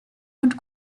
und